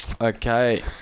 Okay